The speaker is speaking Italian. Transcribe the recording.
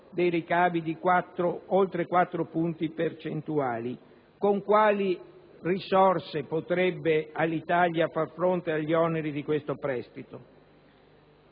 dei ricavi di oltre quattro punti percentuali. Con quali risorse potrebbe Alitalia far fronte agli oneri di questo prestito?